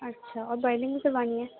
اچھا اور بائنڈنگ بھی کروانی ہے